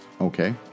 Okay